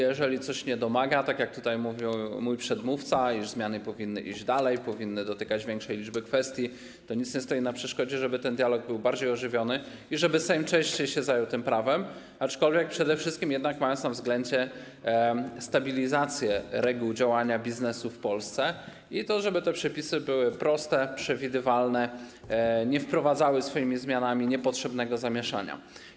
Jeżeli coś nie domaga - tutaj mój przedmówca mówił, iż zmiany powinny iść dalej, powinny dotykać większej liczby kwestii - to nic nie stoi na przeszkodzie, żeby ten dialog był bardziej ożywiony i żeby Sejm częściej zajmował się tym prawem, aczkolwiek przede wszystkim mając na względzie stabilizację reguł działania biznesu w Polsce i to, żeby te przepisy były proste, przewidywalne i żeby nie wprowadzać zmianami niepotrzebnego zamieszania.